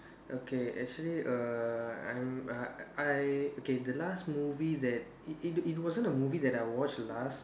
okay actually err I'm err I okay the last movie that it it wasn't the movie that I watched last